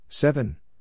Seven